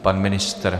Pan ministr?